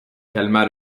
calma